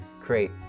create